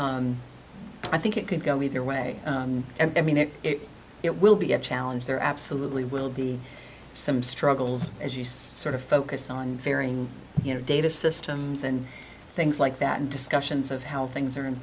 i think it could go either way and i mean it it will be a challenge there absolutely will be some struggles as you sort of focus on varying you know data systems and things like that discussions of how things are in